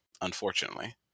unfortunately